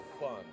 fun